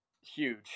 Huge